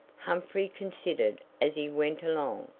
humphrey considered, as he went along,